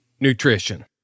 Nutrition